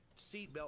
seatbelt